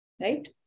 right